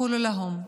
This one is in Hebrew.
אני אומרת להם: